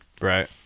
Right